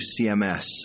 CMS